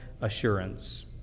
assurance